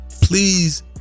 Please